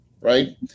right